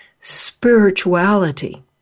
spirituality